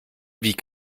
wie